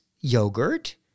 yogurt